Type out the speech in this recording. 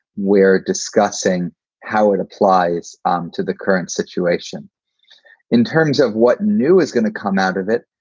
we're discussing how it applies um to the current situation in terms of what new is going to come out of it.